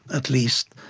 at least,